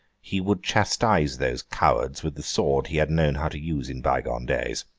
he would chastise those cowards with the sword he had known how to use in bygone days.